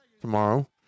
tomorrow